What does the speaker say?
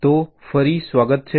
તો ફરી સ્વાગત છે